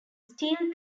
steel